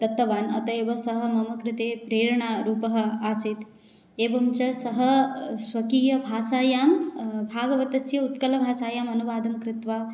दत्तवान् अतः एव सः मम कृते प्रेरणारूपः आसीत् एवं च सः स्वकीयभाषायां भागवतस्य उत्कलभाषायाम् अनुवादं कृत्वा